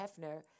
Hefner